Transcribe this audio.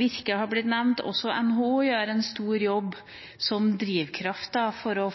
Virke har blitt nevnt. Også NHO gjør en stor jobb som drivkrafta for å